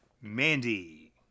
Mandy